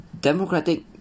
Democratic